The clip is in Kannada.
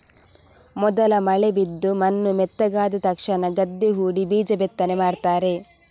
ಮೊದಲ ಮಳೆ ಬಿದ್ದು ಮಣ್ಣು ಮೆತ್ತಗಾದ ತಕ್ಷಣ ಗದ್ದೆ ಹೂಡಿ ಬೀಜ ಬಿತ್ತನೆ ಮಾಡ್ತಾರೆ